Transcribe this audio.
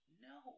no